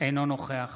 אינו נוכח